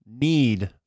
need